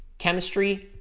chemistry,